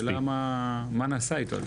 השאלה מה נעשה איתו.